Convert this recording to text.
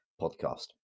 podcast